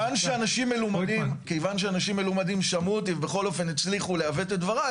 כיוון שאנשים מלומדים שמעו אותי ובכל אופן הצליחו לעוות את דבריי,